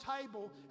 table